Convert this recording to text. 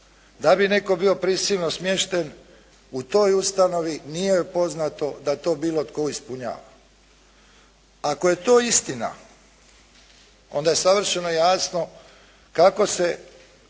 da bi netko bio prisilno smješten u toj ustanovi nije joj poznato da je to bilo tko ispunjavao. Ako je to istina onda je savršeno jasno kako se